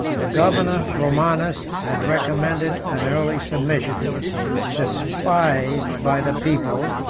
the governor romanus had recommended an early submission despised by the people,